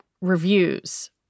reviews